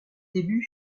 débuts